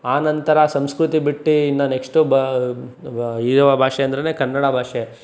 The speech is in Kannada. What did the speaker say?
ಆ ನಂತರ ಸಂಸ್ಕೃತಿ ಬಿಟ್ಟು ಇನ್ನು ನೆಕ್ಷ್ಟು ಬಾ ಇರುವ ಭಾಷೆ ಅಂದರೇನೇ ಕನ್ನಡ ಭಾಷೆ